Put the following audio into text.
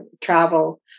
travel